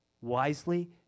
wisely